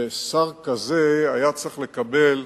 שר כזה היה צריך לקבל,